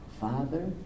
Father